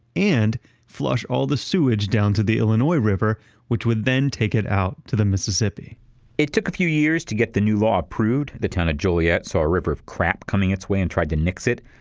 and flush all the sewage down to the illinois river which would then take it out to the mississippi it took a few years to get the new law approved. the town of joliet saw a river of crap coming its way and try to nix it,